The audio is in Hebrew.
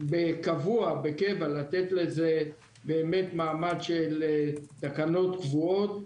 לתת לזה באמת מעמד של תקנות קבועות,